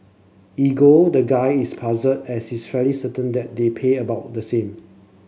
ego the guy is puzzled as he's fairy certain that they pay about the same